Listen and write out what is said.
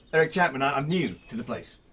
eric chapman! ah i'm new to the place!